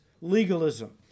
legalism